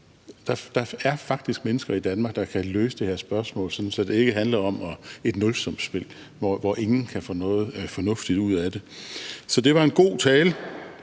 Der er faktisk mennesker i Danmark, der kan løse det her spørgsmål, sådan at det ikke handler om et nulsumsspil, hvor ingen kan få noget fornuftigt ud af det. Så det var en god tale.